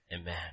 Amen